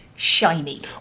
Shiny